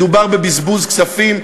מדובר בבזבוז כספים,